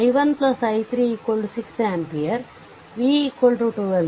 i1 i3 6 ampereಮತ್ತು v 12 volt